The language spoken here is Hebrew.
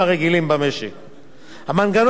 המנגנון המוצע אמור להיות יעיל,